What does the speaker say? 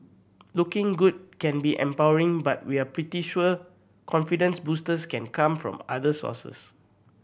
looking good can be empowering but we're pretty sure confidence boosters can come from other sources